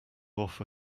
offer